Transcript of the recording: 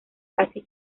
casi